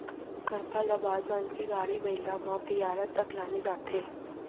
करपा ल बांध बांध के गाड़ी बइला म बियारा तक लाने जाथे